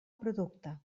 producte